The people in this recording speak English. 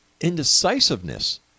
indecisiveness